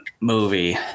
movie